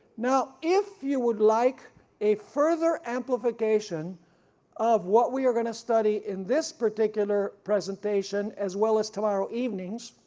now if you would like a further amplification of what we are going to study in this particular presentation as well as tomorrow evenings,